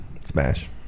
smash